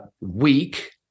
week